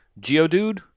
Geodude